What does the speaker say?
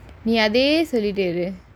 solid area